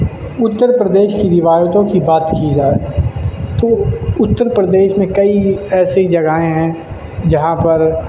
اتر پردیش کی روایتوں کی بات کی جائے تو اتر پردیش میں کئی ایسی جگہیں ہیں جہاں پر